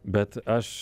bet aš